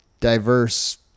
diverse